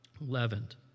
leavened